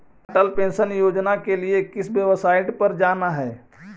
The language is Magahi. अटल पेंशन योजना के लिए किस वेबसाईट पर जाना हई